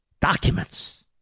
Documents